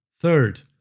Third